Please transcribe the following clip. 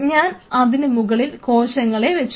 ഞാൻ അതിനുമുകളിൽ കോശങ്ങളെ വച്ചു